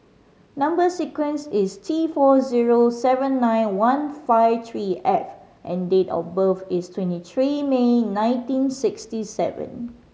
number sequence is T four zero seven nine one five three F and date of birth is twenty three May nineteen sixty seven